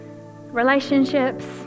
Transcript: relationships